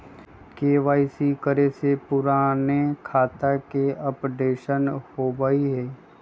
KYC करें से पुराने खाता के अपडेशन होवेई?